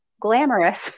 glamorous